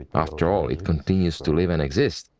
after all it continues to live and exist.